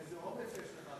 איזה אומץ יש לך.